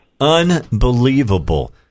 unbelievable